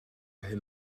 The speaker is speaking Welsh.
hyn